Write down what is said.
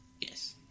Yes